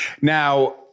Now